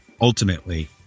ultimately